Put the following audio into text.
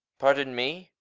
pardon me.